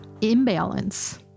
imbalance